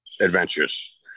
adventures